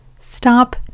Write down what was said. Stop